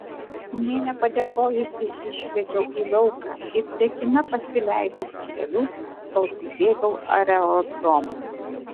nė nepadėkojusi išlėkiau į lauką ir tekina pasileidau takeliu kol pribėgau aerodromą